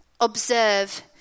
observe